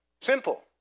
Simple